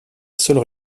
seule